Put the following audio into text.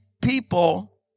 people